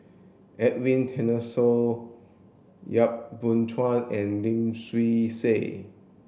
Edwin Tessensohn Yap Boon Chuan and Lim Swee Say